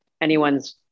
anyone's